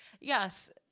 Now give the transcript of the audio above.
Yes